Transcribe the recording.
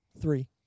Three